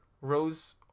Rose